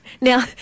Now